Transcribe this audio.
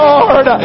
Lord